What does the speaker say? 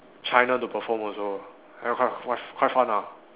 China to perform also then quite quite quite fun ah